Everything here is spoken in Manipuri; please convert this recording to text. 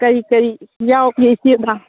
ꯀꯔꯤ ꯀꯔꯤ ꯌꯥꯎꯒꯦ ꯏꯆꯦꯗ